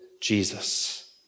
Jesus